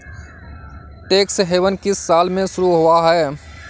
Tax haven किस साल में शुरू हुआ है?